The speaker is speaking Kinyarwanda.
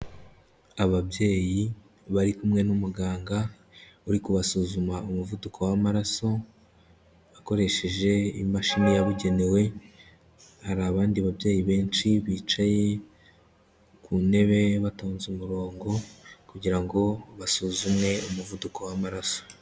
Ababyeyi bari kumwe n'umuganga uri kubasuzuma umuvuduko w'amaraso akoresheje imashini yabugenewe, hari abandi babyeyi benshi bicaye ku ntebe batonze umurongo kugira ngo basuzumwe umuvuduko w'amaraso.